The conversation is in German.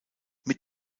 mit